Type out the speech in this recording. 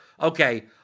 okay